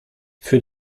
für